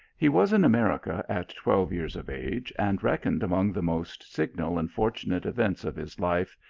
he was in america at twelve years of age, and reckons among the most signal and fortunate events of his life,